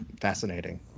fascinating